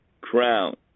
crown